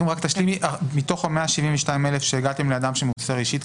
רק תשלימי: מתוך 172,000 שהגעתם לאדם שמוסר אישית,